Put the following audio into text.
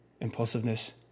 impulsiveness